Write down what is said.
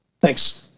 Thanks